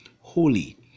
holy